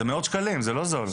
זה מאות שקלים, זה לא זול.